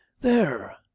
There